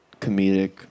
comedic